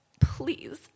please